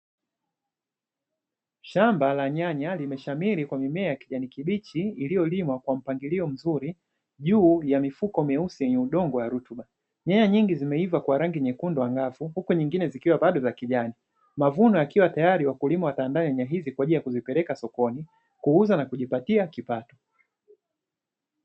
Shamba la nyanya limeshamiri kwa mimea ya kijani kibichi, iliyolimwa kwa mpangilio mzuri juu ya mifuko myeusi yenye udongo wa rutuba. Nyanya nyingi zimeiva kwa rangi nyekundu angavu, huku nyingine zikiwa bado za kijani. Mavuno yakiwa tayari wakulima wataandaa nyanya hizi kwa ajili ya kuzipeleka sokoni kuuza na kujipatia kipato.